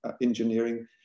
engineering